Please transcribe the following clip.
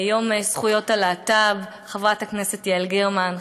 יום זכויות הלהט"ב: חברת הכנסת יעל גרמן,